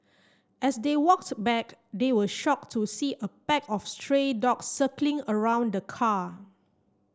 as they walks back they were shocked to see a pack of stray dog circling around the car